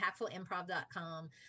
impactfulimprov.com